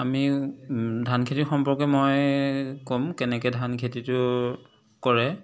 আমি ধান খেতিৰ সম্পৰ্কে মই ক'ম কেনেকৈ ধান খেতিটো কৰে